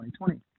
2020